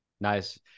Nice